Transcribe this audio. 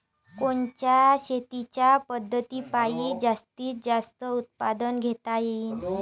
कोनच्या शेतीच्या पद्धतीपायी जास्तीत जास्त उत्पादन घेता येईल?